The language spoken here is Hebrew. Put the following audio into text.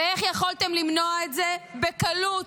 ואיך יכולתם למנוע את זה בקלות?